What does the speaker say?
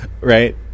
right